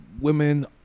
women